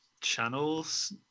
channels